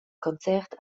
concert